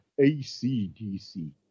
ACDC